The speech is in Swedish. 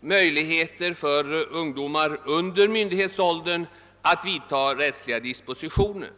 möjligheterna för ungdomar under myndighetsåldern att vidta rättsliga dispositioner.